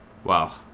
Wow